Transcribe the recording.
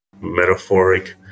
metaphoric